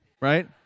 right